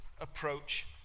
approach